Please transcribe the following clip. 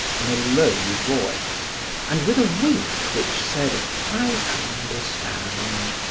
in a low voice and with a wink which said i understand.